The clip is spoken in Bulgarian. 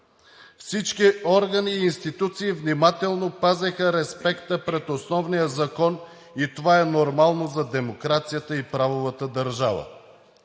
Всички органи и институции внимателно пазеха респекта пред основния закон и това е нормално за демокрацията и правовата държава.